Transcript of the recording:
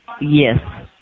Yes